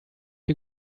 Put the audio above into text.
you